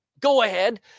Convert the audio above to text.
go-ahead